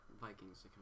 Vikings